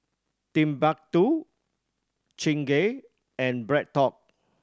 Timbuk Two Chingay and BreadTalk